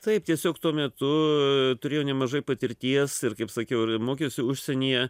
taip tiesiog tuo metu turėjau nemažai patirties ir kaip sakiau ir mokiausi užsienyje